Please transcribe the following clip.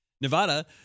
Nevada